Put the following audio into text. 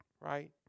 right